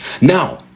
Now